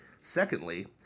Secondly